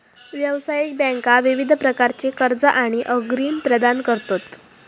व्यावसायिक बँका विविध प्रकारची कर्जा आणि अग्रिम प्रदान करतत